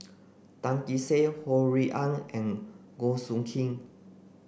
Tan Kee Sek Ho Rui An and Goh Soo Khim